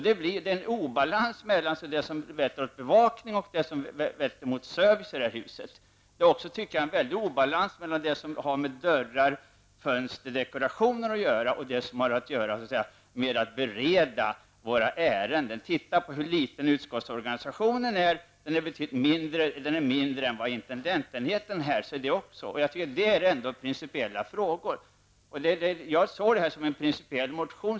Det blir en obalans mellan bevakning och service här i huset. Det blir också en väldigt stor obalans mellan det som har att göra med dörrar och fönsterdekorationer och det som har att göra med att bereda våra ärenden. Se bara på hur liten utskottsorganisationen är! Den är betydligt mindre än vad intendenturenheten är. Det här är principiella frågor, och jag ser motionen som en principiell motion.